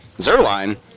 Zerline